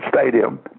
Stadium